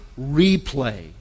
replay